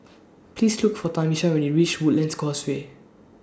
Please Look For Tamisha when YOU REACH Woodlands Causeway